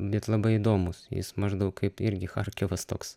bet labai įdomus jis maždaug kaip irgi charkivas toks